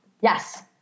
Yes